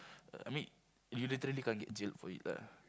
I mean you literally can't get jailed for it lah